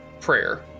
prayer